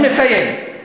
אני מסיים.